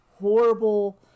Horrible